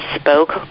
spoke